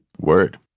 Word